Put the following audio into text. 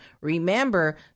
Remember